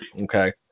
Okay